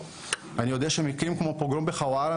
אני יודע שמקרים כמו פוגרום בחווארה,